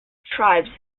tribes